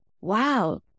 wow